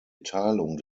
teilung